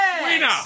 Winner